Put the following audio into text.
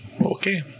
Okay